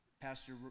Pastor